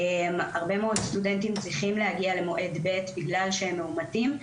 הרבה מאוד סטודנטים צריכים להגיע למועד ב' בגלל שהם מאומתים,